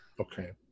Okay